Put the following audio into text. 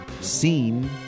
scene